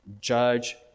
judge